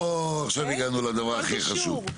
הו, עכשיו הגענו לדבר הכי חשוב.